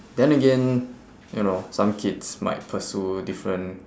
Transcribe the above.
then again you know some kids might pursue different